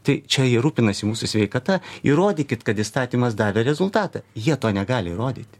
tai čia jie rūpinasi mūsų sveikata įrodykit kad įstatymas davė rezultatą jie to negali įrodyti